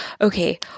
okay